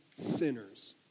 sinners